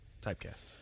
typecast